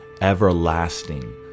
everlasting